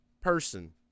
person